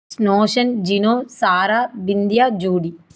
ஸ்நோஷன் Jino Sara Bindiya Judy